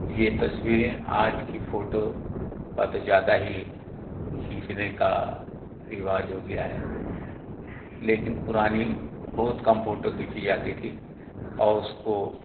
ये तस्वीरें आज की फोटो का तो ज़्यादा ही खींचने का रिवाज हो गया है लेकिन पुरानी बहुत कम फोटो खींची जाती थी और उसको